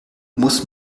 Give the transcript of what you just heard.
muss